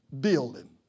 building